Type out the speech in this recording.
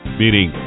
meaning